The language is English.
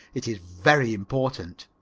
it is very important.